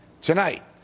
Tonight